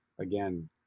Again